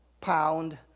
pound